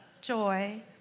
joy